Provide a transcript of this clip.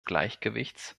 gleichgewichts